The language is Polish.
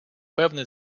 pewny